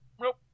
Nope